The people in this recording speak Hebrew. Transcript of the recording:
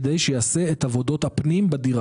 כדי למנוע את תכנון המס לפיו הוא יבקש מקבלנים למסור את הדירה